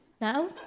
now